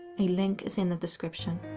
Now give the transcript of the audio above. a link is in the description.